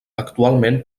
actualment